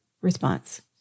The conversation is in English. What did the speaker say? response